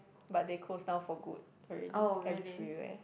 but they close down for good already everywhere